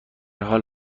حال